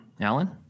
Alan